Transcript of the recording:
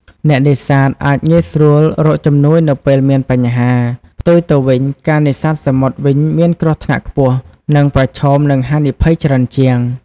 អ្នកនេសាទអាចងាយស្រួលរកជំនួយនៅពេលមានបញ្ហា។ ផ្ទុយទៅវិញ ការនេសាទសមុទ្រវិញមានគ្រោះថ្នាក់ខ្ពស់ និងប្រឈមនឹងហានិភ័យច្រើនជាង។